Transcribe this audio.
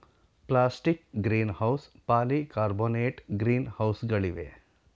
plastic greenhouse, polycarbonate green ಹೌಸ್ಗಳಿವೆ